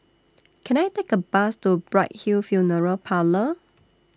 Can I Take A Bus to Bright Hill Funeral Parlour